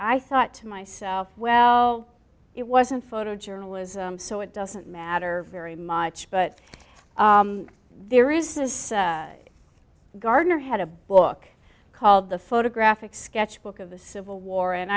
i thought to myself well it wasn't photo journalism so it doesn't matter very much but there is this gardener had a book called the photographic sketch book of the civil war and